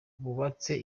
bubatse